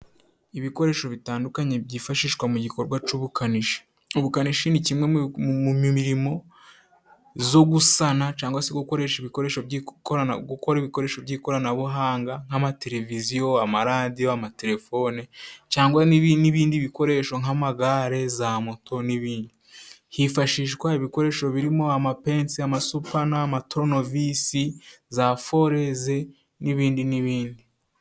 Ibikoresho bitandukanye byifashishwa mu gikorwa c'ubukanishi. Ubukanishi ni kimwe mu mirimo zo gusana cangwag se gukoresha, gukora ibikoresho by'ikoranabuhanga nk'amateleviziyo, amaradiyo, amatelefone cyangwa n'ibindi bikoresho nk'amagare, za moto, nibindi. Hifashishwa ibikoresho birimo amapensi, amasupana, amaturunovisi, za foreze n'ibindi n'ibindi.